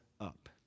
up